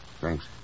Thanks